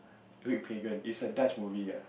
red pagan it's a dutch movie ah